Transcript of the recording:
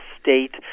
state